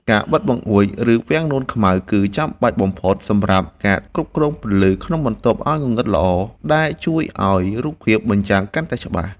ការបិទបង្អួច ឬវាំងននខ្មៅ គឺចាំបាច់បំផុតសម្រាប់ការគ្រប់គ្រងពន្លឺក្នុងបន្ទប់ឱ្យងងឹតល្អ ដែលជួយឱ្យរូបភាពបញ្ចាំងកាន់តែច្បាស់។